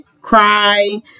cry